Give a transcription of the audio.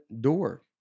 door